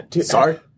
sorry